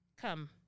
come